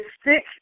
stick